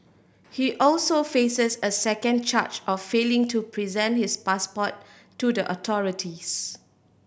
he also faces a second charge of failing to present his passport to the authorities